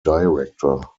director